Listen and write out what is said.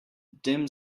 dim